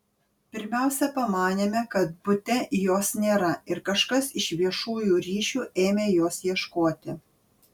pirmiausia pamanėme kad bute jos nėra ir kažkas iš viešųjų ryšių ėmė jos ieškoti